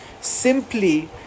simply